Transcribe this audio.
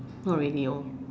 not really hor